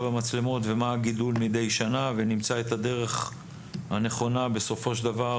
המצלמות ומה הגידול מדי שנה ונמצא את הדרך הנכונה בסופו של דבר